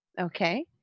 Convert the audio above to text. okay